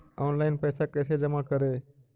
Online पैसा कैसे जमा करे?